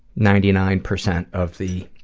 ninety nine percent of the